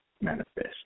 manifest